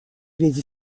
vieilles